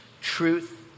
truth